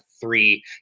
three